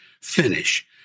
finish